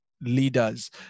leaders